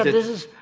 this is,